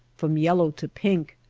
from yel low to pink,